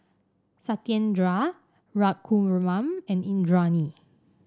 Satyendra Raghuram and Indranee